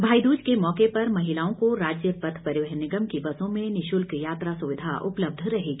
भाई दूज के मौके पर महिलाओं को राज्य पथ परिवहन निगम की बसों में निशुल्क यात्रा सुविधा उपलब्ध रहेगी